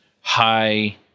high